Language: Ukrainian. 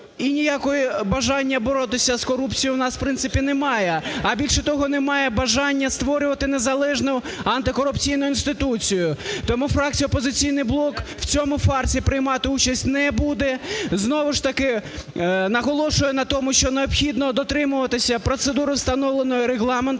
і ніякого бажання боротися з корупцією у нас, в принципі, немає, а більше того, немає бажання створювати незалежну антикорупційну інституцію. Тому фракція "Опозиційний блок" в цьому фарсі приймати участь не буде, знову ж таки наголошує на тому, що необхідно дотримуватися процедури, встановленої Регламентом.